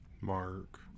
Mark